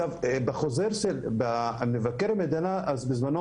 בדוח מבקר המדינה נטען בזמנו